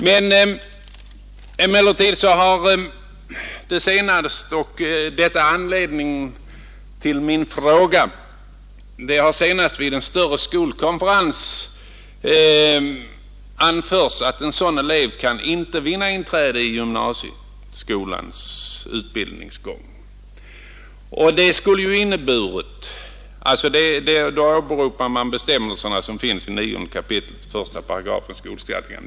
Men senast vid en större skolkonferens har det anförts — och det är orsaken till min interpellation — att en sådan elev inte kan vinna inträde i gymnasieskolans utbildningsgång. Då åberopar man bestämmelserna i 9 kap. 1§ skolstadgan.